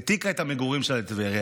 העתיקה את המגורים שלה לטבריה,